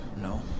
No